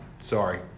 Sorry